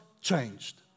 changed